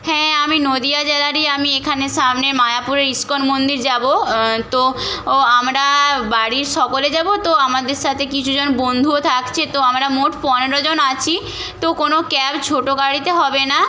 হ্যাঁ আমি নদিয়া জেলারই আমি এখানে সামনে মায়াপুরের ইস্কন মন্দির যাব তো ও আমরা বাড়ির সকলে যাব তো আমাদের সাথে কিছু জন বন্ধুও থাকছে তো আমরা মোট পনেরো জন আছি তো কোনো ক্যাব ছোটো গাড়িতে হবে না